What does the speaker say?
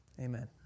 amen